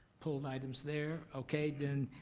pulled items there? okay then,